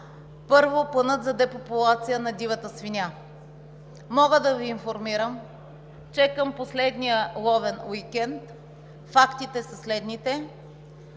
Първо, Планът за депопулация на дивата свиня. Мога да Ви информирам, че към последния ловен уикенд фактите са следните: